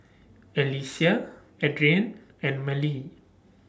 Alyssia Adrienne and Mallie